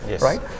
right